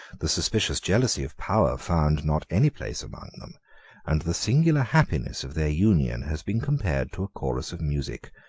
the suspicious jealousy of power found not any place among them and the singular happiness of their union has been compared to a chorus of music,